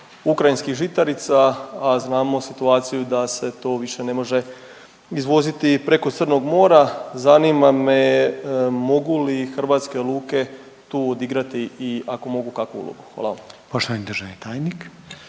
ukrajinskih žitarica, a znamo situaciju da se to više ne može izvoziti preko Crnog mora, zanima me mogu li hrvatske luke tu odigrati i ako mogu, kakvu ulogu? Hvala vam.